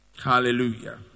Hallelujah